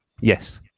Yes